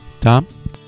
Tom